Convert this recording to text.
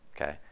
Okay